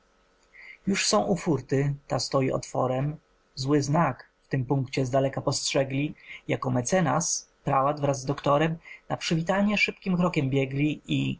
już są u fórty ta stoi otworem zły znak w tym punkcie zdaleka postrzegli jako mecenas prałat wraz z doktorem na przywitanie szybkim krokiem biegli i